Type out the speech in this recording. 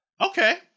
Okay